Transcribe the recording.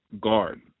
guard